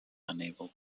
unable